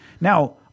Now